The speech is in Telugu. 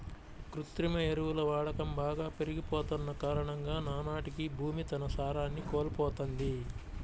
కృత్రిమ ఎరువుల వాడకం బాగా పెరిగిపోతన్న కారణంగా నానాటికీ భూమి తన సారాన్ని కోల్పోతంది